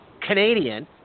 Canadian